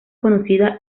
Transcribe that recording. conocida